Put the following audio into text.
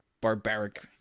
barbaric